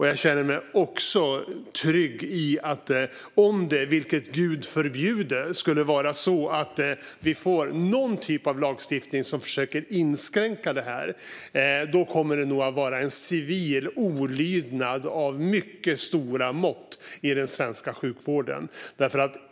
Jag känner mig också trygg i att om vi, vilket gud förbjude, skulle få någon typ av lagstiftning som försökte inskränka den här rätten kommer det att bli en civil olydnad av mycket stora mått i den svenska sjukvården.